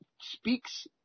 speaks